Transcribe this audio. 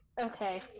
Okay